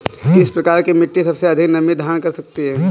किस प्रकार की मिट्टी सबसे अधिक नमी धारण कर सकती है?